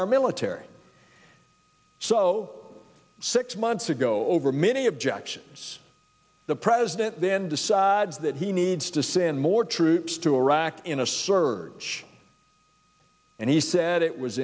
our military so six months ago over many objections the president then decides that he needs to send more troops to iraq in a surge and he said it was